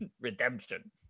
redemption